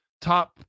top